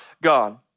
God